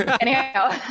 Anyhow